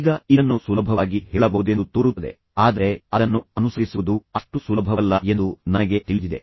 ಈಗ ಇದನ್ನು ಸುಲಭವಾಗಿ ಹೇಳಬಹುದೆಂದು ತೋರುತ್ತದೆ ಆದರೆ ಅದನ್ನು ಅನುಸರಿಸುವುದು ಅಷ್ಟು ಸುಲಭವಲ್ಲ ಎಂದು ನನಗೆ ತಿಳಿದಿದೆ